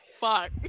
fuck